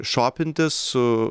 šopintis su